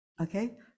Okay